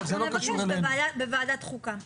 אנחנו נבקש בוועדת החוקה.